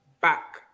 back